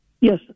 Yes